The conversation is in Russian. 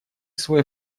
свой